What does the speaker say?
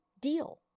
deal